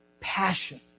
passion